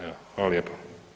Evo, hvala lijepo.